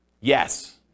Yes